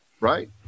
right